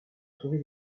trouver